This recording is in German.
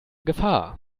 gefahr